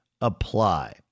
apply